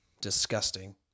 disgusting